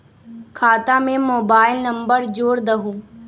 खाता में mobile number जोड़ दहु?